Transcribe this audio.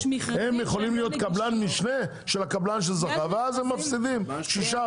הם יכולים להיות קבלן משנה של הקבלן שזכה ואז הם מפסידים 6%,